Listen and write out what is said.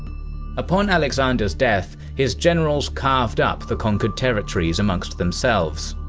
upon alexander's death, his generals carved up the conquered territories amongst themselves.